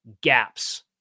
gaps